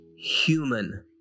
human